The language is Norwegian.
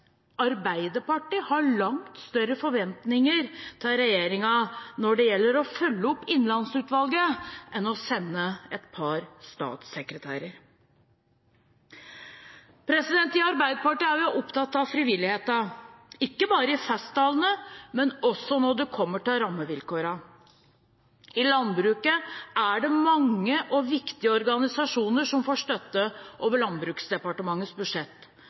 Arbeiderpartiet har langt større forventninger til regjeringen når det gjelder å følge opp Innlandsutvalget, enn å sende et par statssekretærer. I Arbeiderpartiet er vi opptatt av frivilligheten – ikke bare i festtalene, men også når det kommer til rammevilkårene. I landbruket er det mange og viktige organisasjoner som får støtte over Landbruksdepartementets budsjett